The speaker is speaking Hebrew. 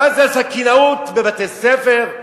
מה זה הסכינאות בבתי-ספר?